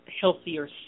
healthier